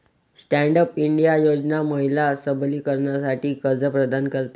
stand up India योजना महिला सबलीकरणासाठी कर्ज प्रदान करते